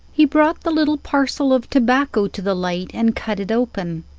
he brought the little parcel of tobacco to the light and cut it open,